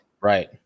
Right